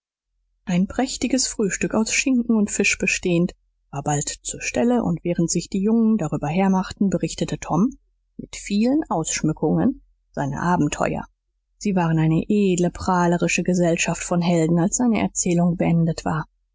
ein prächtiges frühstück aus schinken und fisch bestehend war bald zur stelle und während sich die jungen darüber hermachten berichtete tom mit vielen ausschmückungen seine abenteuer sie waren eine edle prahlerische gesellschaft von helden als seine erzählung beendet war